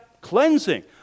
cleansing